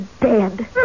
dead